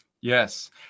Yes